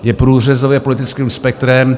Je průřezový politickým spektrem.